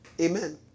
Amen